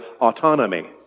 autonomy